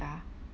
ya